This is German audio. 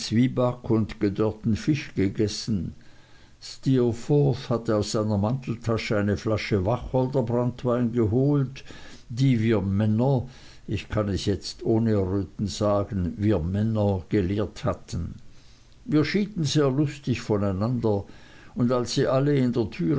und gedörrten fisch gegessen steerforth hatte aus seiner manteltasche eine flasche wacholderbranntwein geholt die wir männer ich kann es jetzt ohne erröten sagen wir männer geleert hatten wir schieden sehr lustig voneinander und als sie alle in der